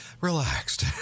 Relaxed